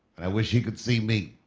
i wish he could see me.